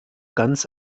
ganz